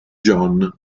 john